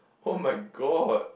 [oh]-my-god